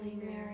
Mary